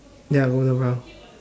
ya golden brown